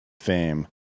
fame